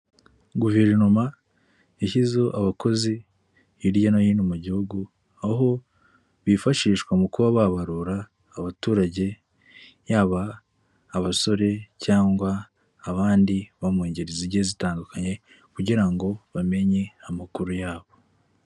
Guverinoma yashyize abakozi hirya no hino mu gihugu, aho bifashishwa mu kuba babarura abaturage yaba abasore cyangwa abandi bo mu ngeri zigiye zitandukanye kugira ngo bamenye amakuru yabo.